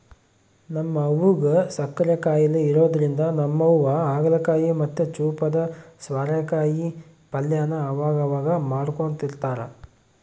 ನಮ್ ಅವ್ವುಗ್ ಸಕ್ಕರೆ ಖಾಯಿಲೆ ಇರೋದ್ರಿಂದ ನಮ್ಮಮ್ಮ ಹಾಗಲಕಾಯಿ ಮತ್ತೆ ಚೂಪಾದ ಸ್ವಾರೆಕಾಯಿ ಪಲ್ಯನ ಅವಗವಾಗ ಮಾಡ್ಕೊಡ್ತಿರ್ತಾರ